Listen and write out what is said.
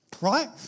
right